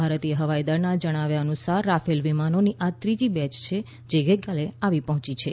ભારતીય હવાઈ દળના જણાવ્યા અનુસાર રાફેલ વિમાનોની આ ત્રીજી બેંચ છે જે ગઈકાલે આવી પહોંચી છે